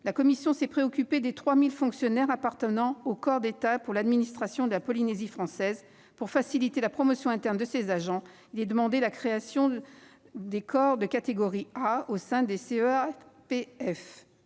la commission s'est préoccupée des 3 000 fonctionnaires appartenant aux corps de l'État pour l'administration de la Polynésie française, les CEAPF. Pour faciliter la promotion interne de ces agents, le nouvel article 33 prévoit la création des corps de catégorie A au sein des CEAPF.